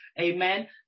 amen